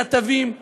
כתבים,